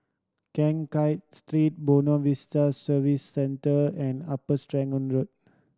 Keng Kiat Street Buona Vista Service Centre and Upper Serangoon Road